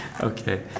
Okay